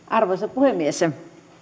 arvoisa puhemies